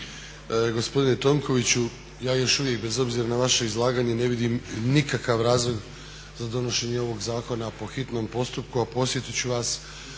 hvala vam